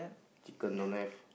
chicken don't have